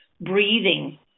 breathing